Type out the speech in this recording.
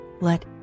Let